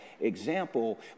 example